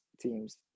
teams